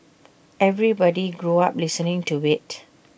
everybody grew up listening to IT